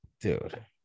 Dude